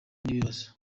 n’ibibazo